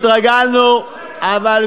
התרגלנו, לאריסטו הגעת?